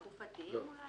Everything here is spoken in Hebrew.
תקופתיים, אולי?